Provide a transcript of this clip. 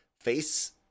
face